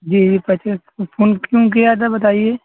جی جی فون کیوں کیا تھا بتائے